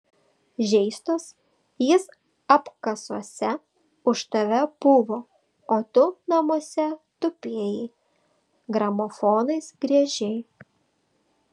žeistos jis apkasuose už tave puvo o tu namuose tupėjai gramofonais griežei